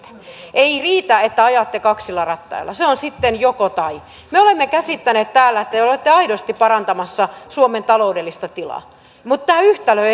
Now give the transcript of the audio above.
ei riitä että ajatte kaksilla rattailla se on sitten joko tai me olemme käsittäneet täällä että te te olette aidosti parantamassa suomen taloudellista tilaa mutta tämä yhtälö